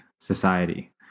society